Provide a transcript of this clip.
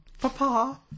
Papa